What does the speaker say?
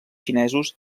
xinesos